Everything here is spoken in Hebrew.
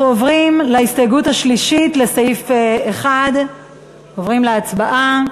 אנחנו עוברים להסתייגות השלישית לסעיף 1. עוברים להצבעה.